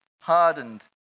hardened